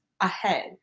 ahead